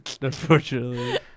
unfortunately